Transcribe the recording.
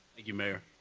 you, mayor.